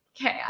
Okay